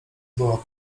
była